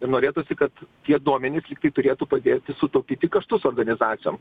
ir norėtųsi kad tie duomenys turėtų padėti sutaupyti kaštus organizacijom